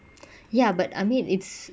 ya but I mean it's